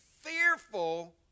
fearful